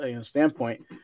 standpoint